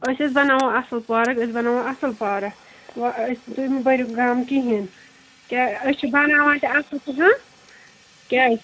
أسۍ حظ بَناوو اصٕل پارک أسۍ بَناوو اصٕل پارک تُہۍ مہٕ برِوغم کِہیٖنۍ کیاہ أسۍ چھِ بَناوان تہِ اصٕل کیازِ